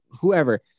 whoever